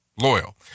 loyal